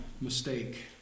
mistake